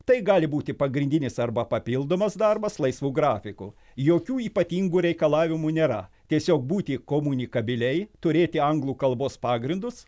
tai gali būti pagrindinis arba papildomas darbas laisvu grafiku jokių ypatingų reikalavimų nėra tiesiog būti komunikabiliai turėti anglų kalbos pagrindus